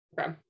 okay